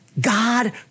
God